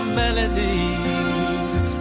melodies